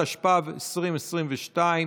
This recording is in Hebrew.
התשפ"ב 2022,